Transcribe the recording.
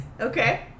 Okay